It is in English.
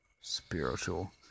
spiritual